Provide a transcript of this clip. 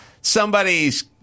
somebody's